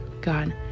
God